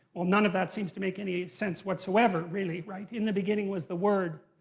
well none of that seems to make any sense whatsoever, really, right? in the beginning was the word.